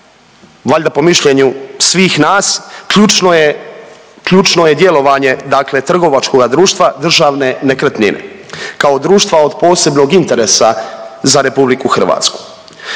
valjda po mišljenju svih nas, ključno je, ključno je djelovanje dakle trgovačkoga društva Državne nekretnine kao društva od posebnog interesa za RH.